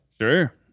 Sure